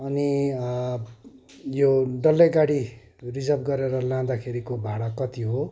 अनि यो डल्लै गाडी रिजर्भ गरेर लाँदाखेरिको भाडा कति हो